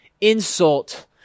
insult